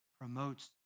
promotes